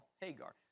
Hagar